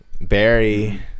Barry